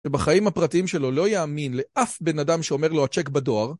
שבחיים הפרטיים שלו לא יאמין לאף בן אדם שאומר לו הצ'ק בדואר